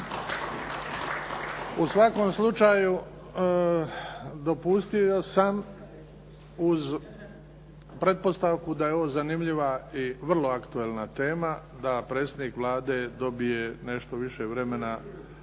U svakom slučaju dopustio sam uz pretpostavku da je ovo zanimljiva i vrlo aktualna tema da predsjednik Vlade dobije nešto više vremena